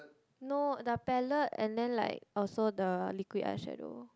no the palette and then like also the liquid eye shadow